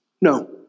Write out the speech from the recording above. No